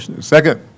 Second